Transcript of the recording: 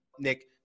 Nick